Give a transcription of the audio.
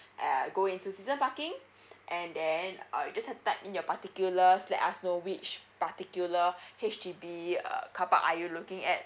and uh go into season parking and then uh you just have to type in your particulars let us know which particular H_D_B uh carpark are you looking at